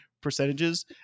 percentages